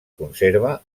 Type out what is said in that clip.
conserva